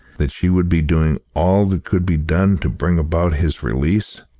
that she would be doing all that could be done to bring about his release?